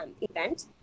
event